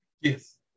Yes